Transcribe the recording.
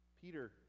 Peter